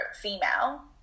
female